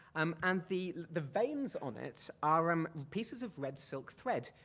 um and the the veins on it are um pieces of red silk thread,